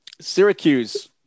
Syracuse